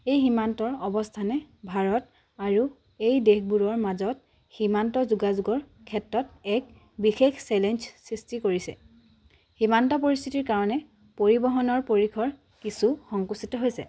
এই সীমান্তৰ অৱস্থানে ভাৰত আৰু এই দেশবোৰৰ মাজত সীমান্ত যোগাযোগৰ ক্ষেত্ৰত এক বিশেষ চেলেঞ্জ সৃষ্টি কৰিছে সীমান্ত পৰিস্থিতিৰ কাৰণে পৰিবহণৰ পৰিসৰ কিছু সংকুচিত হৈছে